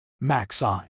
Maxine